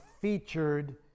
featured